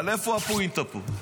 אבל איפה הפואנטה פה?